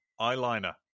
eyeliner